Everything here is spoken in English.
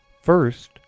First